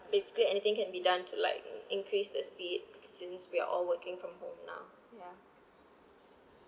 basically anything can be done to like increase the speed since we are all working from home now ya